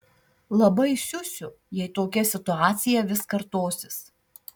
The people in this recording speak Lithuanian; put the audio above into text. labai siusiu jei tokia situacija vis kartosis